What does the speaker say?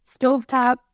stovetop